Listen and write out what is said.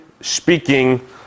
speaking